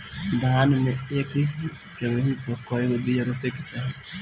धान मे एक जगही पर कएगो बिया रोपे के चाही?